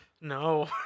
No